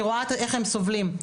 אני רואה איך הם סובלים,